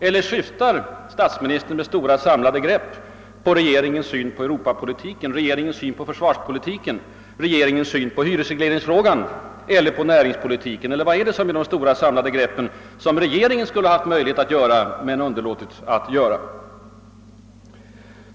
Eller syftar statsministern med »stora samlade grepp» på regeringens behandling av europapolitiken, försvarspolitiken, hyresregleringsfrågan eller näringspolitiken? Var finns de stora samlade grepp som regeringen haft faktiska möjligheter att åstadkomma?